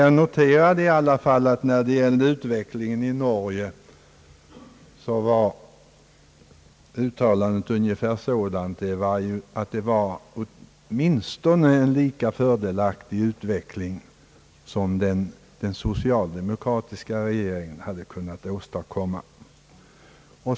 Jag noterade i varje fall att det i uttalandet gjordes gällande att utvecklingen i Norge åtminstone var lika fördelaktig som den utveckling den socialdemokratiska regeringen hade kunnat åstadkomma.